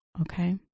Okay